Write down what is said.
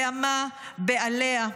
לעמה בעליה.